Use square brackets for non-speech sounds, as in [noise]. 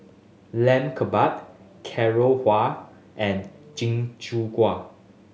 Lamb Kebab Carrot Halwa and [unintelligible]